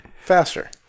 faster